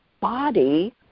body